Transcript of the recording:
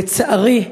שלצערי,